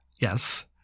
Yes